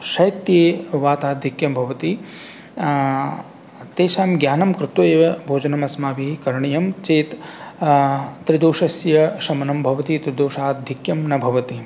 शैत्ये वाताधिक्यं भवति तेषां ज्ञानं कृत्वा एव भोजनम् अस्माभिः करणीयं चेत् त्रिदोषस्य शमनं भवति त्रिदोषाधिक्यं न भवति